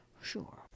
sure